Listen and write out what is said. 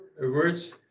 words